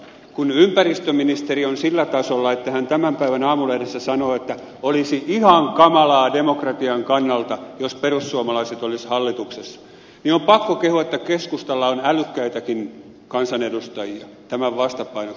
kun ympäristöministeri on sillä tasolla että hän tämän päivän aamulehdessä sanoo että olisi ihan kamalaa demokratian kannalta jos perussuomalaiset olisivat hallituksessa niin on pakko kehua että keskustalla on älykkäitäkin kansanedustajia tämän vastapainoksi